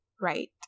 right